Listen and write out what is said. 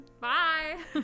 Bye